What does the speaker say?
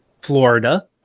Florida